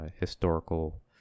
historical